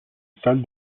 sol